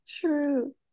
true